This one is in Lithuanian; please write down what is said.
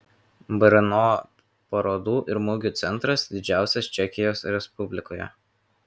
brno parodų ir mugių centras didžiausias čekijos respublikoje